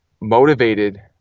motivated